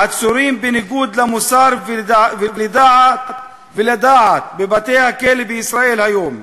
עצורים בניגוד למוסר ולדעת בבתי-הכלא בישראל היום.